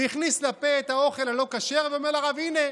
הכניס לפה את האוכל הלא-כשר ואמר לרב: הינה,